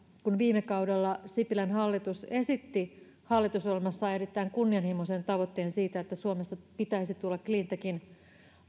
kun viime kaudella sipilän hallitus esitti hallitusohjelmassaan erittäin kunnianhimoisen tavoitteen että suomesta pitäisi tulla cleantechin